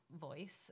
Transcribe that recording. voice